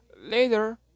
Later